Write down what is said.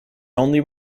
only